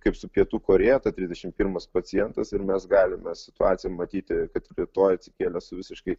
kaip su pietų korėja tas trisdešimt pirmas pacientas ir mes galime situaciją matyti kad rytoj atsikėlė su visiškai